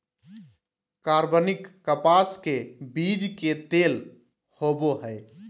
कार्बनिक कपास के बीज के तेल होबो हइ